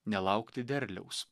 nelaukti derliaus